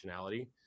functionality